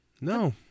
No